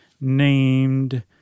named